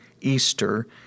Easter